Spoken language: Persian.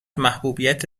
محبوبیت